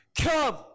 come